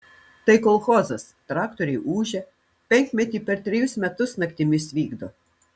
tai kolchozas traktoriai ūžia penkmetį per trejus metus naktimis vykdo